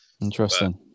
Interesting